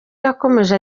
yakomeje